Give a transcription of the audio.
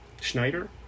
schneider